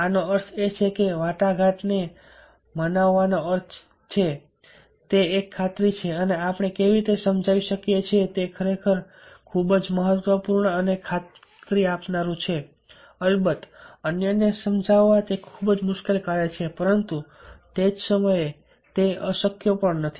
આનો અર્થ એ છે કે વાટાઘાટ ને મનાવવાનો અર્થ એ છે કે તે એક ખાતરી છે અને આપણે કેવી રીતે સમજાવી શકીએ કે તે ખરેખર ખૂબ જ મહત્વપૂર્ણ અને ખાતરી આપનારું છે અલબત્ત અન્યને સમજાવવા તે ખૂબ મુશ્કેલ કાર્ય છે પરંતુ તે જ સમયે તે અશક્ય પણ નથી